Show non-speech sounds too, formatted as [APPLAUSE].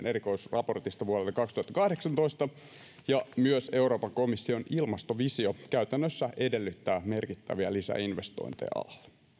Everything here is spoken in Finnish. [UNINTELLIGIBLE] erikoisraportista vuodelta kaksituhattakahdeksantoista ja myös euroopan komission ilmastovisio käytännössä edellyttää merkittäviä lisäinvestointeja alalle